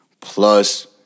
plus